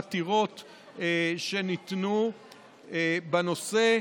בעתירות שניתנו בנושא.